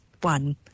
one